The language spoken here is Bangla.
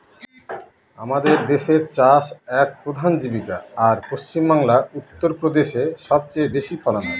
আমাদের দেশের চাষ এক প্রধান জীবিকা, আর পশ্চিমবাংলা, উত্তর প্রদেশে সব চেয়ে বেশি ফলন হয়